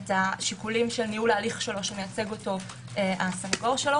את השיקולים של ניהול ההליך שלו שמייצג אותו הסנגור שלו